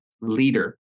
leader